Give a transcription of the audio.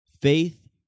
Faith